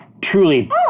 truly